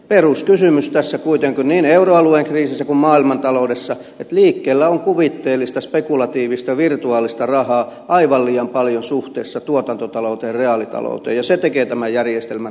peruskysymys tässä kuitenkin on niin euroalueen kriisissä kuin maailmantaloudessa että liikkeellä on kuvitteellista spekulatiivista virtuaalista rahaa aivan liian paljon suhteessa tuotantotalouteen ja reaalitalouteen ja se tekee tämän järjestelmän niin haavoittuvaksi